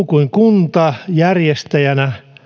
kuin kuntajärjestäjän